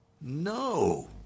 No